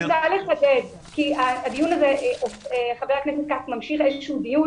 אני רוצה לחדד כי חבר הכנסת כץ ממשיך איזשהו דיון